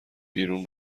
بیرون